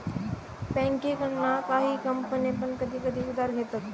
बँकेकडना काही कंपने पण कधी कधी उधार घेतत